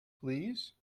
please